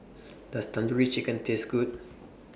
Does Tandoori Chicken Taste Good